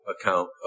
account